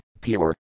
pure